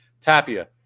Tapia